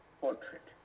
portrait